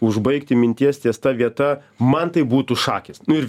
užbaigti minties ties ta vieta man tai būtų šakės nu ir